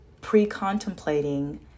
pre-contemplating